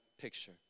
picture